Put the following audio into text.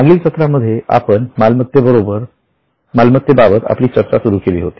मागील सत्रामध्ये आपण मालमत्तेबाबत आपली चर्चा सुरू केली होती